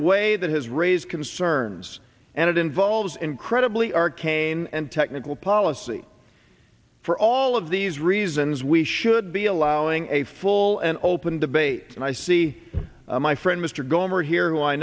a way that has raised concerns and it involves incredibly arcane and technical policy for all of these reasons we should be allowing a full and open debate and i see my friend mr gohmert here who i